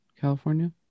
California